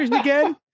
again